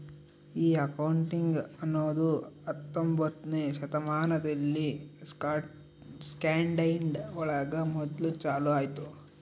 ಈ ಅಕೌಂಟಿಂಗ್ ಅನ್ನೋದು ಹತ್ತೊಂಬೊತ್ನೆ ಶತಮಾನದಲ್ಲಿ ಸ್ಕಾಟ್ಲ್ಯಾಂಡ್ ಒಳಗ ಮೊದ್ಲು ಚಾಲೂ ಆಯ್ತು